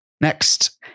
Next